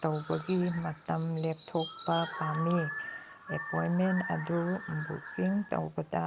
ꯇꯧꯕꯒꯤ ꯃꯇꯝ ꯂꯦꯞꯊꯣꯛꯄ ꯄꯥꯝꯃꯤ ꯑꯦꯄꯣꯏꯟꯃꯦꯟ ꯑꯗꯨ ꯕꯨꯛꯀꯤꯡ ꯇꯧꯕꯗ